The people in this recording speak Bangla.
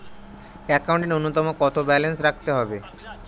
একাউন্টে নূন্যতম কত ব্যালেন্স রাখতে হবে?